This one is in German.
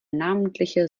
namentliche